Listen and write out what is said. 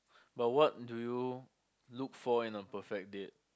but what do you look for in a perfect date